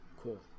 cool